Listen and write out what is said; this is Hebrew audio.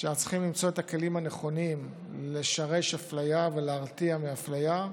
שאנחנו צריכים למצוא את הכלים הנכונים לשרש אפליה ולהרתיע מאפליה.